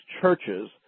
churches